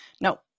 no